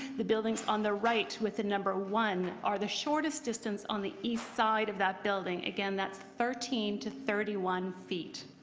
the building on the right with the number one are the shortest distance on the east side of that building. again, that's thirteen to approximate one feet.